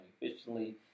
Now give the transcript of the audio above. efficiently